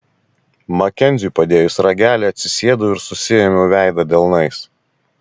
makenziui padėjus ragelį atsisėdau ir susiėmiau veidą delnais